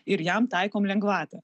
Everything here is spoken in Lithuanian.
ir jam taikom lengvatą